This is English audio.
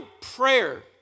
prayer